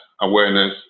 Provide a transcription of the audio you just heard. awareness